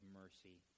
mercy